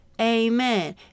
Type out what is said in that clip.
Amen